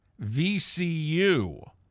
VCU